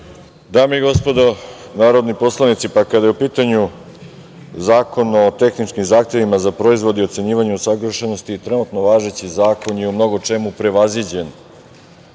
Dame i gospodo narodni poslanici, kada je u pitanju Zakon o tehničkim zahtevima za proizvod i ocenjivanje usaglašenosti, trenutno važeći zakon je u mnogo čemu prevaziđen